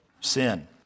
Sin